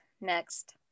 next